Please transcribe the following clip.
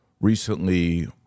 recently